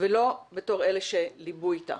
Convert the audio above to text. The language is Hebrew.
ולא בתור אלה שליבו אותה.